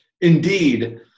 indeed